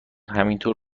همینطور